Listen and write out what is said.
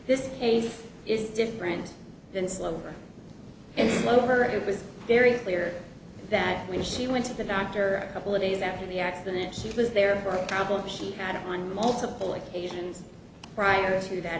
this case is different than slow and over it was very clear that when she went to the doctor couple of days after the accident she was there for problems she had on multiple occasions prior to